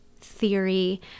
theory